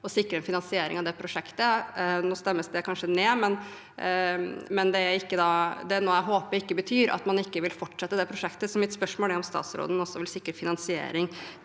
å sikre finansiering av det prosjektet. Nå stemmes det kanskje ned, men det er noe jeg håper ikke betyr at man ikke vil fortsette med det prosjektet. Mitt spørsmål er om statsråden også vil sikre finansiering